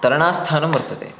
तरणस्थानं वर्तते